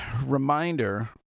reminder